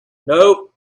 nope